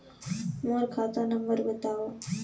मोर खाता नम्बर बताव?